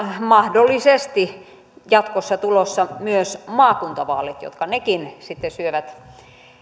mahdollisesti jatkossa tulossa myös maakuntavaalit jotka nekin sitten syövät